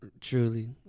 truly